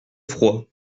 froid